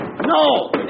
No